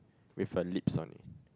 with a lips only